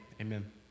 amen